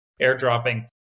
airdropping